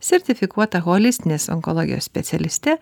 sertifikuota holistinės onkologijos specialiste